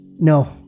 No